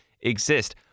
exist